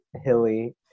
hilly